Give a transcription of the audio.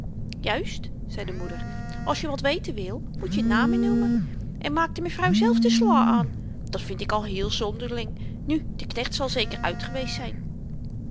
juist zei de moeder als je wat weten wil moet je namen noemen en maakte mevrouw zelf de slâ aan dat vind ik al heel zonderling nu de knecht zal zeker uit geweest zyn